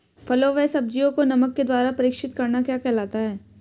फलों व सब्जियों को नमक के द्वारा परीक्षित करना क्या कहलाता है?